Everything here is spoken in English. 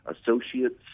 associates